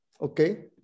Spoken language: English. okay